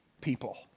people